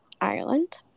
Ireland